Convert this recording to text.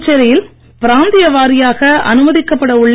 புதுச்சேரியில் பிராந்திய வாரியாக அனுமதிக்கப்பட உள்ள